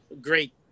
great